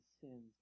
sins